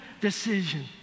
decision